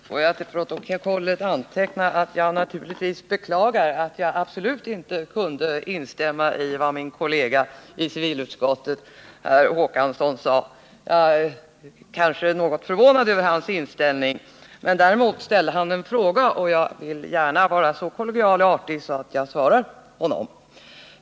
Herr talman! Får jag till protokollet anteckna att jag naturligtvis beklagar att jag absolut inte kunde instämma i vad min kollega i civilutskottet herr Håkansson sade. Jag är kanske något förvånad över hans inställning. Däremot ställde han en fråga, och jag vill gärna vara så kollegial och artig att jag svarar honom.